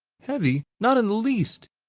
heavy? not in the least.